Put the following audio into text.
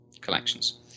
collections